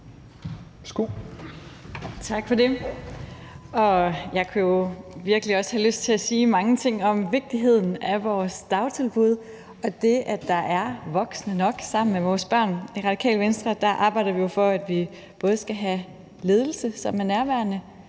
Tak for det. Jeg kunne virkelig også have lyst til at sige mange ting om vigtigheden af vores dagtilbud og det, at der er voksne nok sammen med vores børn. I Radikale Venstre arbejder vi jo for, at vi både skal have en ledelse, som er nærværende,